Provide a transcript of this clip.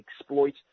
exploit